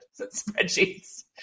spreadsheets